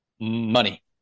Money